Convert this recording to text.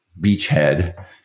beachhead